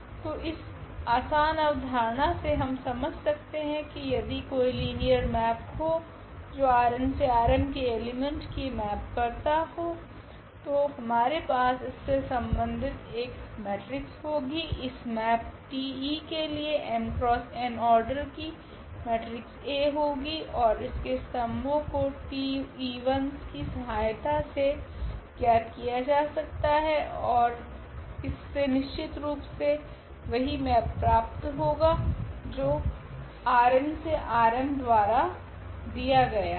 तो इस आसान अवधारणा से हम समझ सकते है की यदि कोई लीनियर मैप हो जो के एलीमेंट्स को मैप करती है तो हमारे पास इससे संबन्धित एक मेट्रिक्स होगी इस मैप T के लिए m × n ऑर्डर की मेट्रिक्स A होगी ओर इसके स्तंभो को T's की सहायता से ज्ञात किया जा सकता है ओर ओर इससे निश्चितरूप से वही मैप प्राप्त होगा जो द्वारा दिया गया है